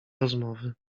rozmowy